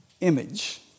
image